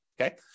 okay